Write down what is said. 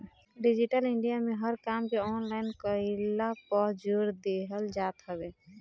digital India में हर काम के ऑनलाइन कईला पअ जोर देहल जात हवे